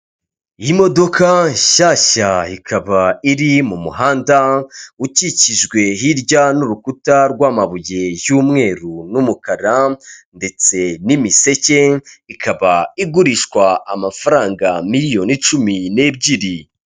Imodoka nshyashya ikaba iri mu muhanda ukikijwe hirya n'urukuta rw'amabuye y'umweru n'umukara ndetse n'imiseke, ikaba igurishwa amafaranga miliyoni cumi n'ebyiri.